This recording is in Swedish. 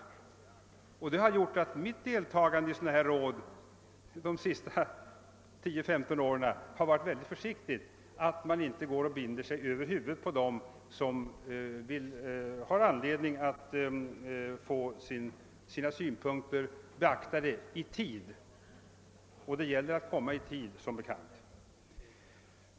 — Detta har gjort att jag under de senaste 10—15 åren varit mycket försiktig med att deltaga i sådana här råd — man skall ju inte gå och binda sig över huvudet på dem som har anledning att få sina synpunkter beaktade i tid. Och det gäller som bekant att komma i tid.